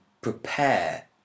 prepare